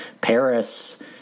Paris